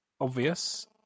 obvious